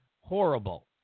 horrible